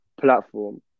platform